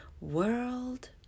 world